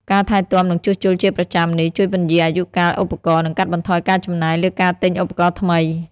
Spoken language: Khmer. ការថែទាំ និងជួសជុលជាប្រចាំនេះ ជួយពន្យារអាយុកាលឧបករណ៍ និងកាត់បន្ថយការចំណាយលើការទិញឧបករណ៍ថ្មី។